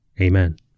Amen